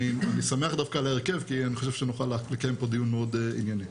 אני שמח דווקא על ההרכב כי אני חושב שנוכל לקיים פה דיון מאוד ענייני.